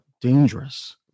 dangerous